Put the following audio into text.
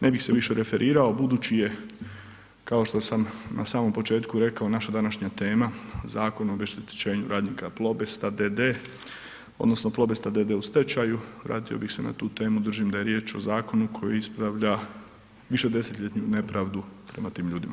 Ne bih se više referirao budući je, kao što sam na samom početku rekao, naša današnja tema Zakon o obeštećenju radnika Plobesta d.d. odnosno Plobesta d.d. u stečaju, vratio bih se na tu temu, držim da je riječ o zakonu koji ispravlja višedesetljetnu nepravdu prema tim ljudima.